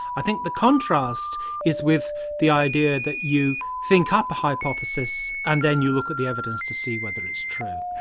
i think the contrast is with the idea that you think up a hypothesis and then you look at the evidence to see whether it's true.